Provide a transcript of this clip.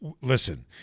Listen